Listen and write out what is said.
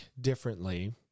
differently